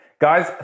Guys